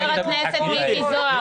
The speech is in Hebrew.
חבר הכנסת מיקי זוהר.